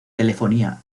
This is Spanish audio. telefonía